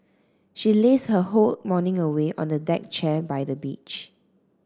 she lazed her whole morning away on a deck chair by the beach